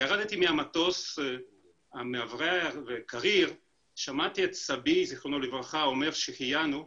ירדתי מהמטוס המאוורר והקריר ושמעתי את סבי זיכרונו לברכה אומר שהחיינו.